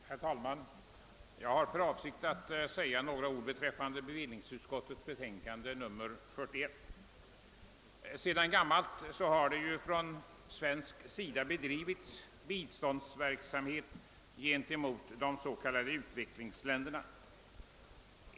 Herr talman! Jag har för avsikt att säga några ord om bevillningsutskottets betänkande nr 41. Sedan gammalt har från svensk sida bedrivits biståndsverksamhet gentemot s.k. utvecklingsländerna.